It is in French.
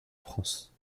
france